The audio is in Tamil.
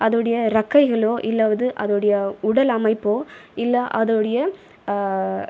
அதுடைய றெக்கைகளோ இல்லை அது அதுடைய உடல் அமைப்போ இல்லை அதுடைய